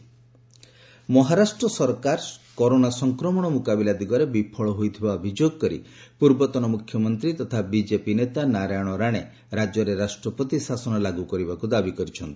Maharashtra corona Maharashtra ସରକାର corona ସଂକ୍ରମଣ ମୁକାବିଲା ଦିଗରେ ବିଫଳ ହୋଇଥିବା ଅଭିଯୋଗ କରି ପୂର୍ବତନ ମୁଖ୍ୟମନ୍ତ୍ରୀ ତଥା ବିଜେପି ନେତା ନାରାୟଣ ରାଣେ ରାଜ୍ୟରେ ରାଷ୍ଟ୍ରପତି ଶାସନ ଲାଗୁ କରିବାକୁ ଦାବି କରିଛନ୍ତି